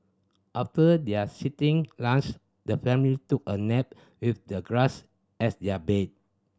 after their lunch the family took a nap with the grass as their bed